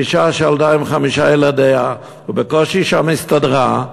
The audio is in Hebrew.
אישה שעלתה עם חמשת ילדיה ובקושי הסתדרה,